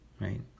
right